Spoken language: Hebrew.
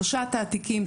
שלושה תעתיקים,